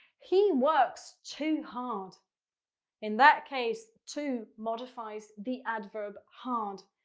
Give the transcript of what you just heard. he works too hard in that case, too modifies the adverb hard.